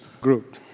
group